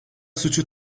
suçu